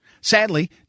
Sadly